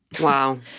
Wow